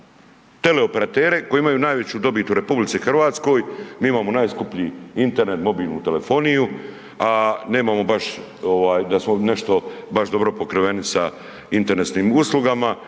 teleoperatere koji imaju najveću dobit u RH, mi imamo najskuplji internet, mobilnu telefoniju, a nemamo baš ovaj da smo nešto baš dobro pokriveni sa internetskim uslugama.